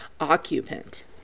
occupant